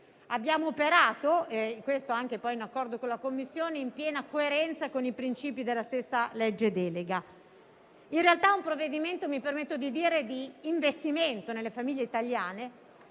Abbiamo operato, anche in accordo con la Commissione, in piena coerenza con i principi della stessa legge delega. In realtà è un provvedimento di investimento nelle famiglie italiane.